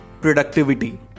productivity